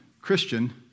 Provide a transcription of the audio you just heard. Christian